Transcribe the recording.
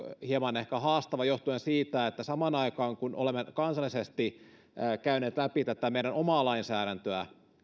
ehkä hieman haastava johtuen siitä että samaan aikaan kun olemme kansallisesti käyneet läpi tätä meidän omaa lainsäädäntöä